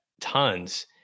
tons